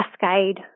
cascade